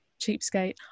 cheapskate